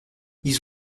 ils